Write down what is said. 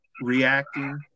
reacting